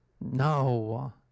No